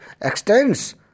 extends